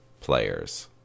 players